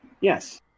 Yes